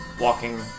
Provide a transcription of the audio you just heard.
walking